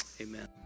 amen